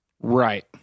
Right